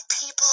people